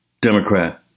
Democrat